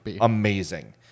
amazing